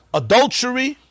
adultery